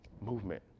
Movement